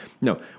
no